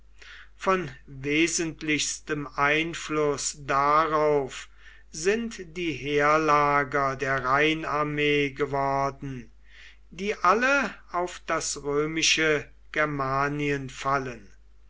von wesentlichstem einfluß darauf sind die heerlager der rheinarmee geworden die alle auf das römische germanien fallen